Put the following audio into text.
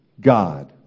God